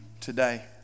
today